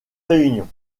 réunion